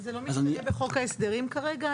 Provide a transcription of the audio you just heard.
אבל זה לא משתנה בחוק ההסדרים כרגע,